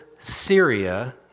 Syria